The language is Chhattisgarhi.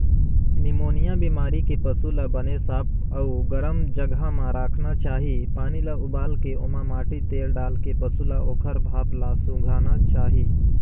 निमोनिया बेमारी के पसू ल बने साफ अउ गरम जघा म राखना चाही, पानी ल उबालके ओमा माटी तेल डालके पसू ल ओखर भाप ल सूंधाना चाही